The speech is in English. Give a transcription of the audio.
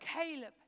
Caleb